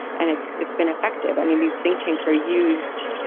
and it's it's been effective. i mean, these think tanks are used,